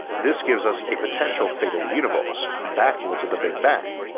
this gives us a potential fate of the universe, backwards of the big bang,